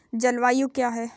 जलवायु क्या है?